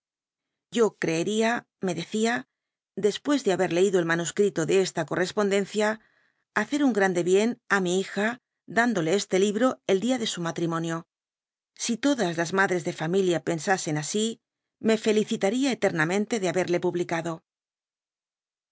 yo creería me decia después de haber leido el manuscrito de esta dby google xll correspondencia j hacer tin grande bien á mi hija dándole este libro el dia de su matrimonio si todas las madres dd fkmilia pensasen asi me felicitaría eternamente de haberle publicado